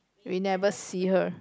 we never see her